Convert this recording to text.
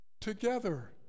together